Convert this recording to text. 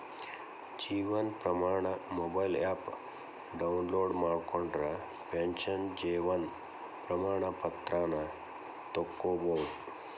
Jeevan Pramaan mobile app download ಮಾಡ್ಕೊಂಡ್ರ pension Jeevan Pramaan ಪತ್ರಾನ ತೊಕ್ಕೊಬೋದು